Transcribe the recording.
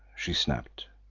she snapped.